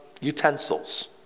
utensils